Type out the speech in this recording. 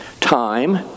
time